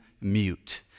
mute